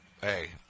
Hey